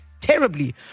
terribly